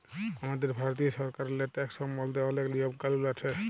আমাদের ভারতীয় সরকারেল্লে ট্যাকস সম্বল্ধে অলেক লিয়ম কালুল আছে